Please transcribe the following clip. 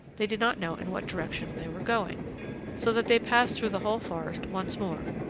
they did not know in what direction they were going so that they passed through the whole forest once more,